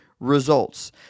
results